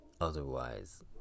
otherwise